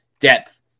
depth